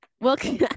Welcome